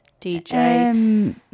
DJ